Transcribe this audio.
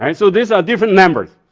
and so there's a different number.